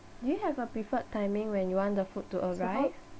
do you have a preferred timing when you want the food to arrive